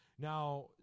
Now